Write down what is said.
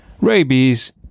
rabies